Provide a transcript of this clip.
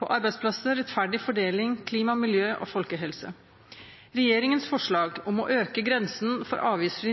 på arbeidsplasser, rettferdig fordeling, klima, miljø og folkehelse. Regjeringens forslag om å øke grensen for avgiftsfri